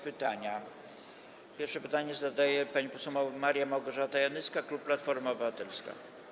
Pierwsza pytanie zadaje pani poseł Maria Małgorzata Janyska, klub Platforma Obywatelska.